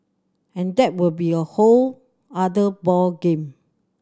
and that will be a whole other ball game